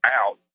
out